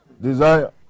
desire